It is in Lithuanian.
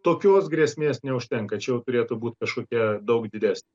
tokios grėsmės neužtenka čia jau turėtų būt kažkokia daug didesnė